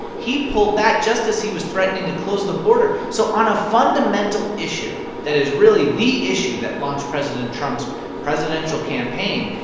he pulled that just as he was threatening to close the border. so on a fundamental issue that is really the issue that launched president trump's presidential campaign,